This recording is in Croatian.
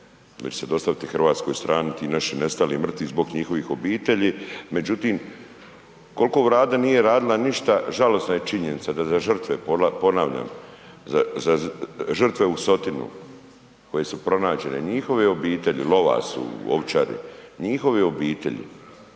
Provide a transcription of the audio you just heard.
će se dostaviti hrvatskoj strani ti naši nestali i mrtvi zbog njihovih obitelji. Međutim, koliko Vlada nije radila ništa, žalosna je činjenica da za žrtve, ponavljam, za žrtve u Sotinu, koje su pronađene, njihove obitelji, u Lovasu, u Ovčari, njihove obitelji,